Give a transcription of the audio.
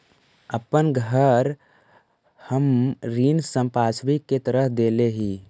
अपन घर हम ऋण संपार्श्विक के तरह देले ही